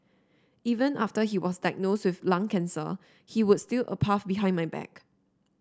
even after he was diagnose with lung cancer he would steal a puff behind my back